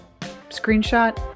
screenshot